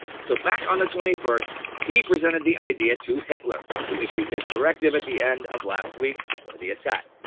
so back on the twenty first he presented the idea to hitler, who issued his directive at the end of last week for the attack.